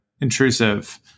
intrusive